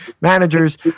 Managers